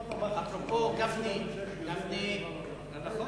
אפרופו, גפני, אפרופו,